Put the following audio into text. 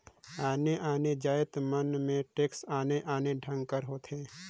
आने आने जाएत मन में टेक्स आने आने ढंग कर होथे